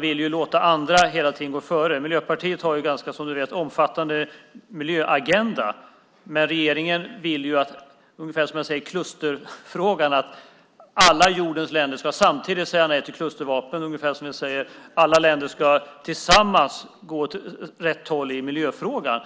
vill låta andra hela tiden gå före. Miljöpartiet har en rätt omfattande miljöagenda. Men regeringen vill ungefär som i klusterfrågan - alla jordens länder ska samtidigt säga nej till klustervapen - att alla länder tillsammans ska gå åt rätt håll i miljöfrågan.